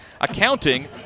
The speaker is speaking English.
Accounting